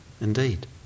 indeed